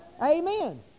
Amen